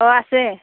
অ' আছে